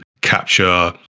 capture